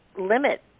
limit